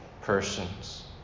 persons